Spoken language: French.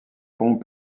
ponts